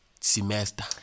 semester